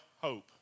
hope